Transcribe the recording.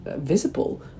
visible